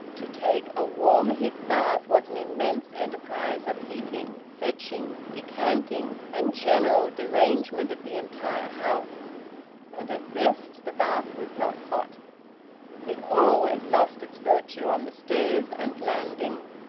to take a warm hip-bath was an immense enterprise of heating, fetching, decanting, and general derangement of the entire house and at best the bath was not hot it always lost its virtue on the stairs and landing.